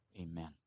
Amen